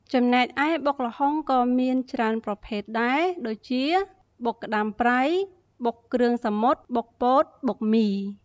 ចំណែកឯបុកល្ហុងក៏មានជាច្រើនប្រភេទដែរ ដូចជា៖ បុកក្តាមប្រៃ បុកគ្រឿងសមុទ្រ បុកពោត បុកមី។